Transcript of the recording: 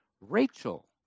Rachel